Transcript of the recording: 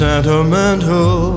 Sentimental